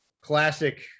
classic